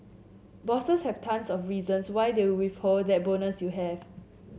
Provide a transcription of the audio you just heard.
bosses have tons of reasons why they withhold that bonus you have